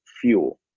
fuel